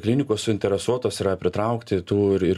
klinikos suinteresuotos yra pritraukti tų ir ir